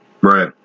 Right